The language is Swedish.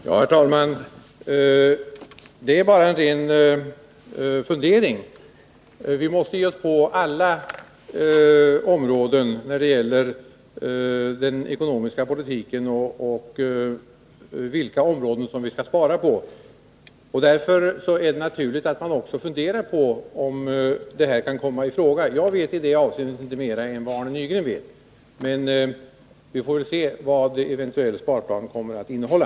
Herr talman! Det var bara en fundering. Vi måste gå in på alla områden när Onsdagen den det gäller den ekonomiska politiken och se vilka områden som det går att 13 maj 1981 spara på. Därför är det naturligt att också fundera över om detta område kan komma i fråga. Jag vet i detta avseende inte mer än vad Arne Nygren vet. Vi får väl se vad en eventuell sparplan kan komma att innehålla.